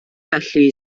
felly